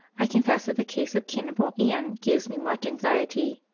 i confess that the case of cannibal ann gives me much anxiety.